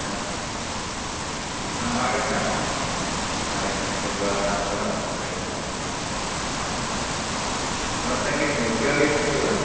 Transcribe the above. आम् आ अहम् आगच्छामि सायं षड्वादनात् परम् आगच्छामि आ भवन्तः किम् उद्योगे सन्ति वा